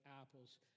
apples